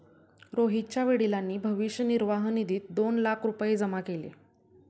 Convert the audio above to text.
रोहितच्या वडिलांनी भविष्य निर्वाह निधीत दोन लाख रुपये जमा केले